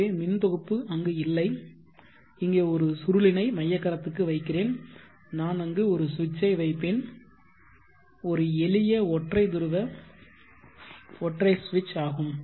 எனவே மின் தொகுப்பு அங்கு இல்லை இங்கே ஒரு சுருளினை மைய கரத்திற்கு வைக்கிறேன் நான் அங்கு ஒரு சுவிட்சை வைப்பேன் ஒரு எளிய ஒற்றை துருவ ஒற்றை சுவிட்ச் ஆகும்